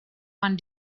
one